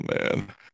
man